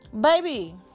Baby